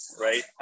right